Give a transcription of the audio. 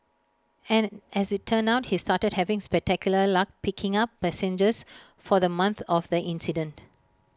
and as IT turned out he started having spectacular luck picking up passengers for the month of the incident